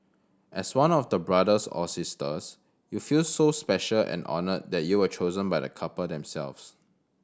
as one of the brothers or sisters you feel so special and honoured that you were chosen by the couple themselves